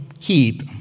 keep